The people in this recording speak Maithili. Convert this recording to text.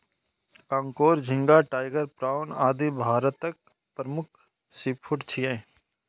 कांकोर, झींगा, टाइगर प्राउन, आदि भारतक प्रमुख सीफूड छियै